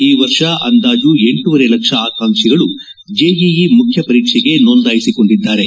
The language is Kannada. ಈ ವರ್ಷ ಅಂದಾಜು ಎಂಟೂವರೆ ಲಕ್ಷ ಆಕಾಂಕ್ಷಗಳು ಚೆಇಇ ಮುಖ್ಯ ಪರೀಕ್ಷೆಗೆ ನೋಂದಾಯಿಸಿಕೊಂಡಿದ್ದಾರೆ